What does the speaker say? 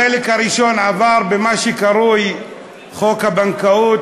החלק הראשון עבר במה שקרוי חוק הבנקאות,